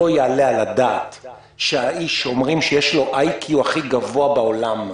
לא יעלה על הדעת שהאיש שאומרים שיש לו IQ הכי גבוה בעולם,